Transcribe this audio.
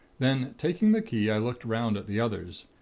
then, taking the key, i looked round at the others.